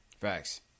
Facts